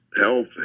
health